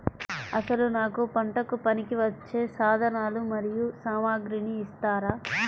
అసలు నాకు పంటకు పనికివచ్చే సాధనాలు మరియు సామగ్రిని ఇస్తారా?